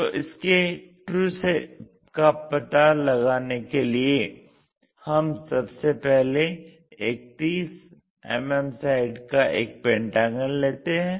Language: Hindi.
तो इसके ट्रू शेप का पता लगाने के लिए हम सबसे पहले एक 30 mm साइड का एक पेंटागन लेते हैं